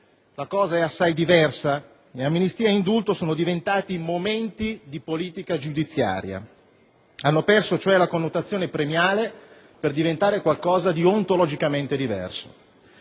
la cosa è assai diversa ed amnistia ed indulto sono diventati momenti di politica giudiziaria; hanno perso, cioè, la connotazione premiale, per diventare qualcosa di ontologicamente diverso.